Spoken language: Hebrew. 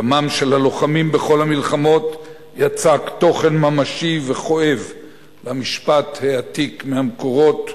דמם של הלוחמים בכל המלחמות יצק תוכן ממשי וכואב למשפט העתיק מהמקורות: